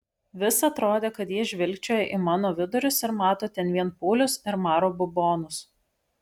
vis atrodė kad jie žvilgčioja į mano vidurius ir mato ten vien pūlius ir maro bubonus